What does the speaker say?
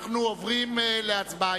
אנחנו עוברים להצבעה.